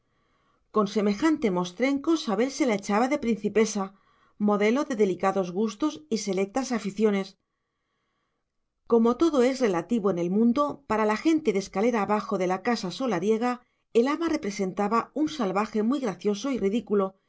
con semejante mostrenco sabel se la echaba de principesa modelo de delicados gustos y selectas aficiones como todo es relativo en el mundo para la gente de escalera abajo de la casa solariega el ama representaba un salvaje muy gracioso y ridículo